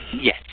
Yes